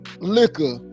liquor